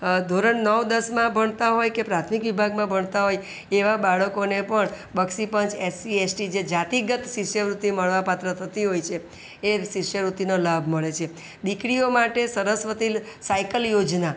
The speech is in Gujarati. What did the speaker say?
ધોરણ નવ દસમાં ભણતા હોય કે પ્રાથમિક વિભાગમાં ભણતા હોય એવા બાળકોને પણ બક્ષીપંચ એસસી એસટી જે જાતિગત શિષ્યવૃતિમાં મળવા પાત્ર થતી હોય છે એ શિષ્યવૃત્તિનો લાભ મળે છે દીકરીઓ માટે સરસ્વતી સાયકલ યોજના